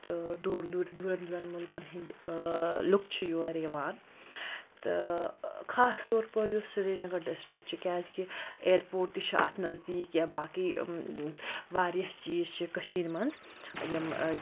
تہٕ دوٗر دوٗرِ دوٗرَن دوٗرَن مُلکَن ہنٛدۍ ٲں لوٗکھ چھِ یور یِوان تہٕ خاص طور پَر یُس سرینَگَر ڈِسٹِرٛک چھُ کیٛازِکہِ اِیَرپورٹ تہِ چھُ اَتھ نزدیٖک یا باقٕے ٲں واریاہ چیٖز چھِ کٔشیٖر منٛز یِم